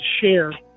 share